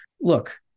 look